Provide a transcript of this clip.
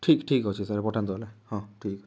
ଠିକ୍ ଠିକ୍ ଅଛି ସାର୍ ପଠାନ୍ତୁ ହେଲା ହଁ ଠିକ୍ ଠିକ୍